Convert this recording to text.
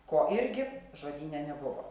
ko irgi žodyne nebuvo